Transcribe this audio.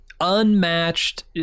unmatched